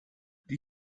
die